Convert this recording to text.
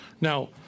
Now